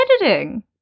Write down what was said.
Editing